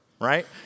right